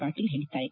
ಪಾಟೀಲ ಹೇಳಿದ್ದಾರೆ